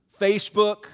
Facebook